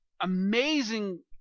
amazing